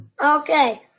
Okay